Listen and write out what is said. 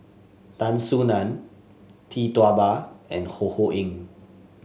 Tan Soo Nan Tee Tua Ba and Ho Ho Ying